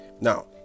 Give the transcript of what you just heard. Now